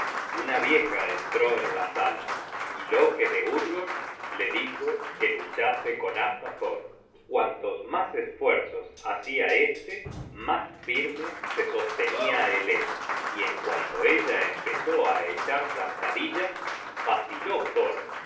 una vieja entró en la sala y loke de utgord la dijo que luchase con asa thor cuantos mas esfuerzos hacia este mas firme se sostenia elé y en cuanto ella empezó á echar zancadillas vaciló thor se